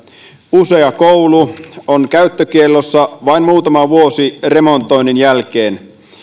usea koulu on käyttökiellossa vain muutama vuosi remontoinnin jälkeen